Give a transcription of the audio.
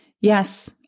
Yes